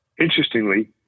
interestingly